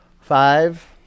Five